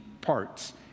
parts